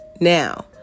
Now